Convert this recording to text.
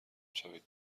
شوید